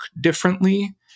differently